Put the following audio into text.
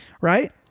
Right